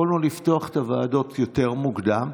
יכולנו לפתוח את הוועדות יותר מוקדם,